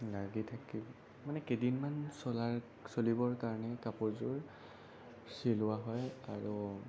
লাগি থাকিল মানে কেইদিনমান চলাৰ চলিবৰ কাৰণে কাপোৰযোৰ চিলোৱা হয় আৰু